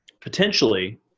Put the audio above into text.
Potentially